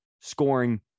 scoring